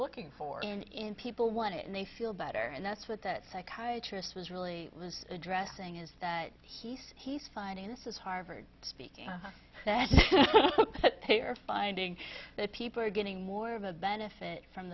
looking for in people want to and they feel better and that's what that psychiatrist was really was addressing is that he's he's finding this is harvard speak they are finding that people are getting more of a benefit from